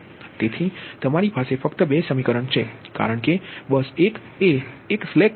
તેથી તમારી પાસે ફક્ત બે સમીકરણ છે કારણ કે બસ 1 એ એક સ્લેક બસ છે